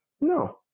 No